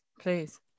please